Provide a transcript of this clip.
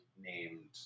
named